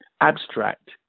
abstract